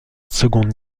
seconde